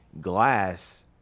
Glass